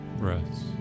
breaths